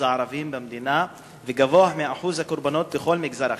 הערבים במדינה וגבוה מאחוז הקורבנות בכל מגזר אחר.